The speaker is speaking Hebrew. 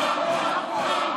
לתת לערפאת.